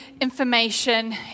information